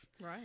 right